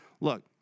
look